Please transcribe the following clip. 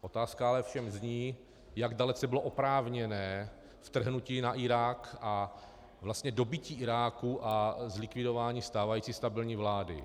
Otázka ovšem zní, jak dalece bylo oprávněné vtrhnutí na Irák a vlastně dobytí Iráku a zlikvidování stávající stabilní vlády.